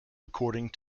according